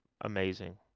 amazing